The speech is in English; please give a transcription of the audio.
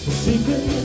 secret